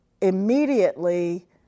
immediately